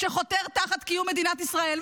שחותר תחת קיום מדינת ישראל,